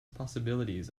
possibilities